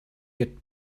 get